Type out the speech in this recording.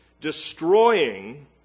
destroying